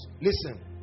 listen